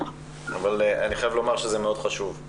אבל אני חייב לומר שזה מאוד חשוב.